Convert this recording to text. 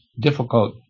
difficult